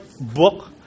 book